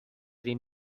این